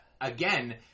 again